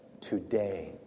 today